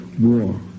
war